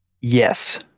Yes